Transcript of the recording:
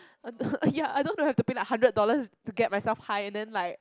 ya I don't have to pay like hundred dollars to get myself high and then like